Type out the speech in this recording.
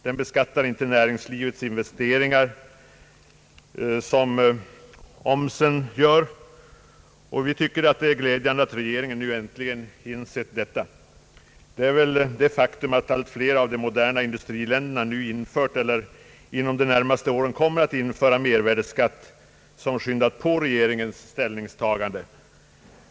Den beskattar inte näringslivets investeringar som omsen gör, och vi tycker att det är glädjande att regeringen nu äntligen insett detta. Det är väl det faktum att allt flera av de moderna industriländerna nu infört eller inom de närmaste åren kommer att införa mervärdeskatt som skyndat på regeringens ställningstagande.